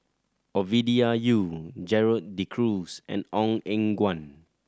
Ovidia Yu Gerald De Cruz and Ong Eng Guan